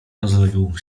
rozległ